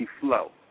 flow